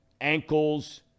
ankles